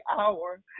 hour